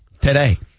today